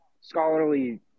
scholarly